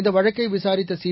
இந்த வழக்கை விசாரித்த சி